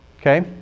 Okay